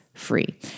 free